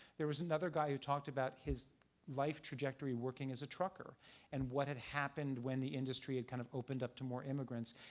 there was another guy who talked about his life trajectory working as a trucker and what had happened when the industry had kind of opened up to more immigrants.